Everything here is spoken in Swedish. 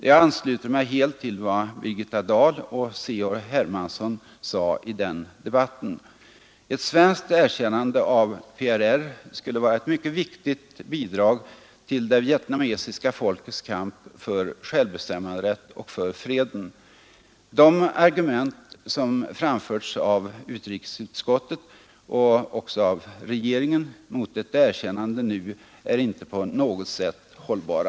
Jag ansluter mig helt till vad Birgitta Dahl och C.-H. Hermansson sade i den debatten. Ett svenskt erkännande av PRR skulle vara ett mycket viktigt bidrag till det vietnamesiska folkets kamp för självbestämmanderätt och för freden. De argument som framförts av utrikesutskottet och regeringen mot ett erkännande nu är inte på något sätt hållbara.